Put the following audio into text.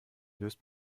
löst